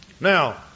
Now